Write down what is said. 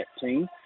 team